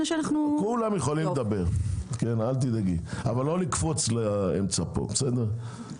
כולם יכולים לדבר אבל לא לקפוץ באמצע כמו בוועדת חוקה.